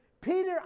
Peter